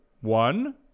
one